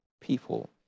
people